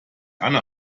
anne